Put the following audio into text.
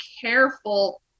careful